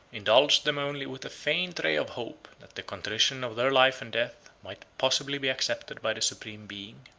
indulged them only with a faint ray of hope that the contrition of their life and death might possibly be accepted by the supreme being.